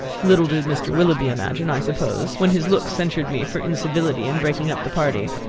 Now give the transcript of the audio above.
little did mr. willoughby imagine, i suppose, when his looks censured me for incivility in breaking up the party,